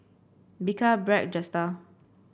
Bika Bragg Jetstar